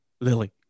Lily